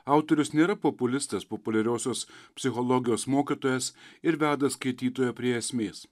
autorius nėra populistas populiariosios psichologijos mokytojas ir veda skaitytoją prie esmės